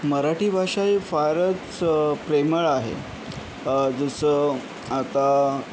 मराठी भाषा ही फारच प्रेमळ आहे जसं आता